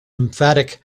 emphatic